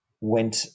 went